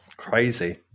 crazy